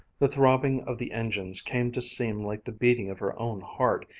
the throbbing of the engines came to seem like the beating of her own heart,